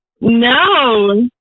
no